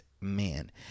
man